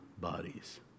bodies